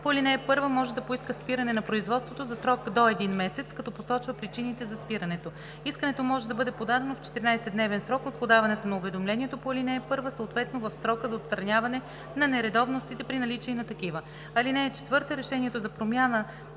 по ал. 1, може да поиска спиране на производството за срок до един месец, като посочва причините за спирането. Искането може да бъде подадено в 14-дневен срок от подаването на уведомлението по ал. 1, съответно в срока за отстраняване на нередовностите при наличие на такива. (4) Решението за промяна